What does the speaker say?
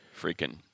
Freaking